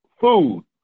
food